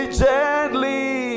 gently